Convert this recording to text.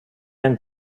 and